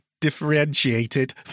differentiated